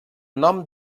nom